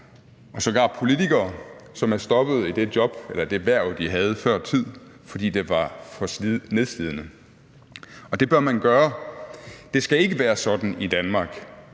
og sågar politikere, som er stoppet i det job eller det hverv, de havde, før tid, fordi det var for nedslidende, og det bør man gøre. Det skal ikke være sådan i Danmark,